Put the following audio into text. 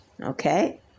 Okay